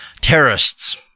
Terrorists